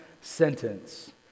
sentence